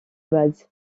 base